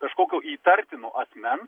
kažkokio įtartino asmens